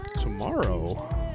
tomorrow